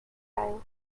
aisle